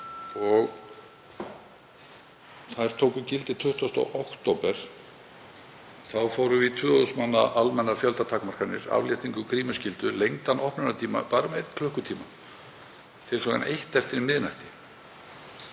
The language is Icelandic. og þær tóku gildi 20. október. Þá fórum við í 2.000 manna almennar fjöldatakmarkanir, afléttingu grímuskyldu og lengdan opnunartíma en þó bara um einn klukkutíma, til klukkan eitt eftir miðnætti.